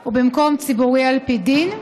או במקום ציבורי על פי דין,